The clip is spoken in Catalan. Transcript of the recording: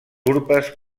urpes